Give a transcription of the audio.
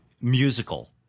musical